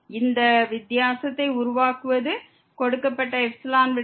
கொடுக்கப்பட்ட எப்சிலனை விட இந்த வித்தியாசத்தை சிறியதாக மாற்ற வேண்டும்